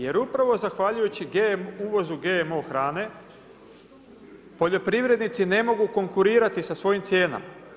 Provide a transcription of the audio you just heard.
Jer upravo zahvaljujući uvozu GMO hrane poljoprivrednici ne mogu konkurirati sa svojim cijenama.